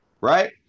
Right